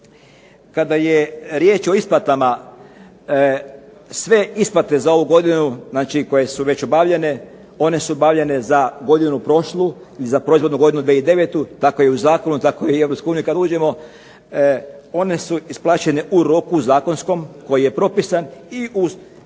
Kada je riječ o isplatama, sve isplate za ovu godinu znači koje su već obavljene, one su obavljene za godinu prošlu i za proizvodnu godinu 2009. tako je u zakonu tako je i u Europskoj uniji kada uđemo. One su isplaćene u zakonskom roku koji je propisan i u iznosu